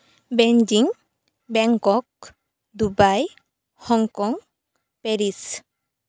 Beijing Bangkok Dubai Hong Kong Paris